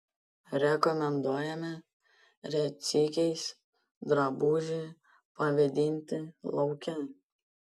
rekomenduojame retsykiais drabužį pavėdinti lauke